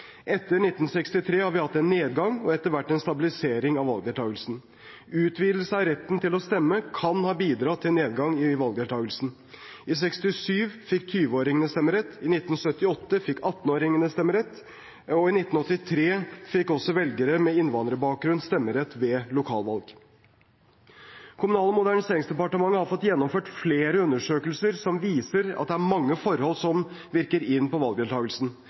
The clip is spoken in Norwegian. Etter 1963 har vi hatt en nedgang i og etter hvert stabilisering av valgdeltakelsen. Utvidelse av retten til å stemme kan ha bidratt til nedgangen i valgdeltakelsen. I 1967 fikk 20-åringene stemmerett, og i 1978 fikk 18-åringene stemmerett. I 1983 fikk også velgere med innvandrerbakgrunn stemmerett ved lokalvalg. Kommunal- og moderniseringsdepartementet har fått gjennomført flere undersøkelser som viser at det er mange forhold som virker inn på valgdeltakelsen.